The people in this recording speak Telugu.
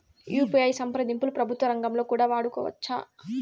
యు.పి.ఐ సంప్రదింపులు ప్రభుత్వ రంగంలో కూడా వాడుకోవచ్చా?